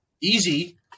easy